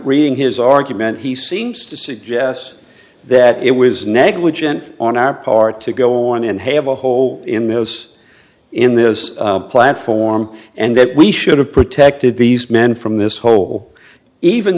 reading his argument he seems to suggest that it was negligent on our part to go on and have a hole in those in this platform and that we should have protected these men from this hole even